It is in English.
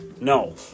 No